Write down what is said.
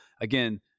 Again